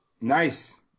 Nice